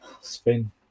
Spain